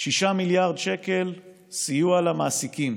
6 מיליארד שקל סיוע למעסיקים.